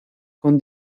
con